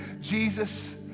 Jesus